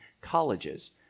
colleges